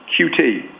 QT